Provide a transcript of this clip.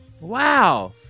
Wow